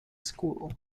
school